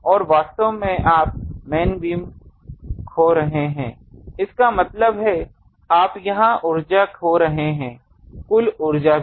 और वास्तव में आप मेन बीम खो रहे हैं इसका मतलब है आप यह ऊर्जा खो रहे हैं कुल ऊर्जा भी